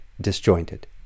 disjointed